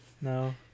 No